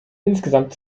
insgesamt